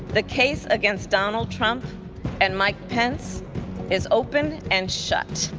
the case against donald trump and mike pence is open and shut.